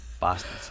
Bastards